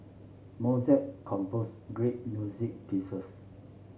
Mozart composed great music pieces